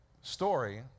story